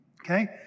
okay